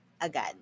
again